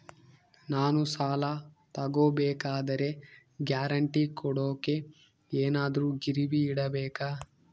ನಾನು ಸಾಲ ತಗೋಬೇಕಾದರೆ ಗ್ಯಾರಂಟಿ ಕೊಡೋಕೆ ಏನಾದ್ರೂ ಗಿರಿವಿ ಇಡಬೇಕಾ?